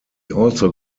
also